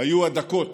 היו הדקות